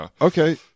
Okay